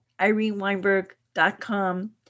ireneweinberg.com